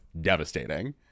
devastating